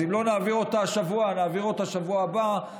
אם לא נעביר אותה השבוע, נעביר אותה בשבוע הבא.